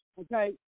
Okay